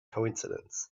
coincidence